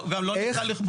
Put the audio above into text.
לא, גם לא ניסה לכבול.